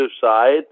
side